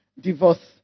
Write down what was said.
divorce